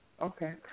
Okay